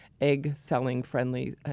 egg-selling-friendly